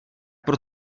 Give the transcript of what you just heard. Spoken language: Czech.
pro